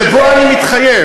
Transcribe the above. שבו אני מתחייב,